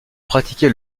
pratiqué